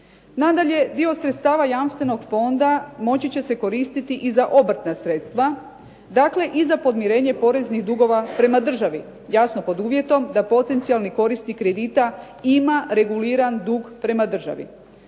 Nadalje, dio sredstava jamstvenog fonda moći će se koristiti i za obrtna sredstava, dakle i za podmirenje poreznih dugova prema državi. Jasno pod uvjetom da potencijalni korisnik kredita ima reguliran dug prema državi.